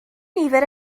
nifer